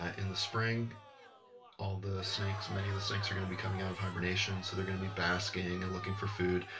ah in the spring all the snakes, many of the snakes, are going to be coming out of hibernation so they're going to be basking and looking for food.